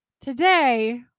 today